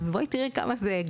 אז בואי תיראי כמה זה גדל.